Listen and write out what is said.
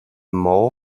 maó